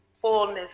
fullness